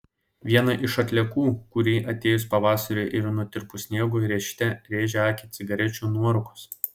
viena iš atliekų kuri atėjus pavasariui ir nutirpus sniegui rėžte rėžia akį cigarečių nuorūkos